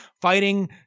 fighting